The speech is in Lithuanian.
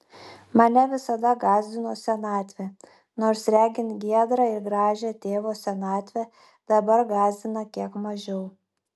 mane visada gąsdino senatvė nors regint giedrą ir gražią tėvo senatvę dabar gąsdina kiek mažiau